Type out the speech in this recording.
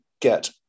get